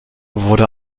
wurde